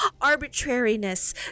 arbitrariness